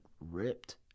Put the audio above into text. ripped